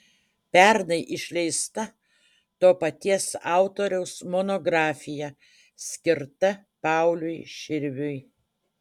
pernai išleista to paties autoriaus monografija skirta pauliui širviui